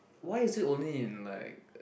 why is it only in like